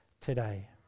today